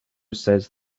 says